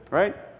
right?